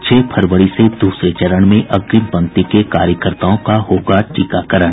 छह फरवरी से दूसरे चरण में अग्रिम पंक्ति के कार्यकर्त्ताओं का होगा टीकाकरण